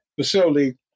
facility